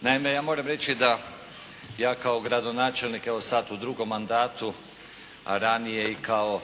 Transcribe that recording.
Naime, ja moram reći da ja kao gradonačelnik evo sad u drugom mandatu, a ranije i kao